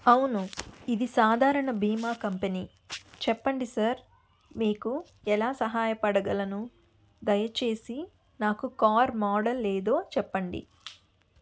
అవును ఇది సాధారణ బీమా కంపనీ చెప్పండి సార్ మీకు ఎలా సహాయపడగలను దయచేసి నాకు కార్ మోడల్ ఏదో చెప్పండి